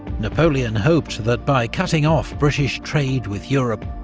napoleon hoped that by cutting off british trade with europe,